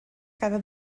cada